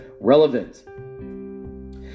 relevant